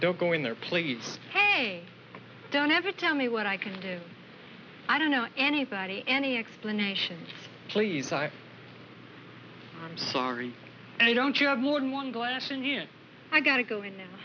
they're going there please hey don't ever tell me what i can do i don't know anybody any explanations please are sorry i don't you have more than one glass in here i gotta go in